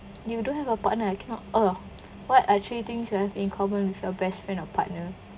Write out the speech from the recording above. you don't have a partner I cannot oh what are three things you have in common with your best friend or partner